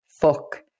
fuck